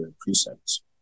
precepts